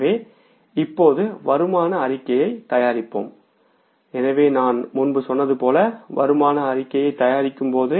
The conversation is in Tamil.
எனவே இப்போது வருமான அறிக்கையைத் தயாரிப்போம் எனவே நான் முன்பு சொன்னது போல் வருமான அறிக்கையைத் தயாரிக்கும் போது